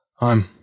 I'm